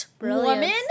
woman